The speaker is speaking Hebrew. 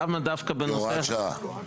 למה דווקא בנושא -- בהוראת שעה נדמה לי.